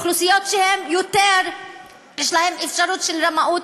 אוכלוסיות שיש להן יותר אפשרות של רמאות,